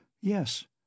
Yes